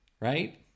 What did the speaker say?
right